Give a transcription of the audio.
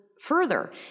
further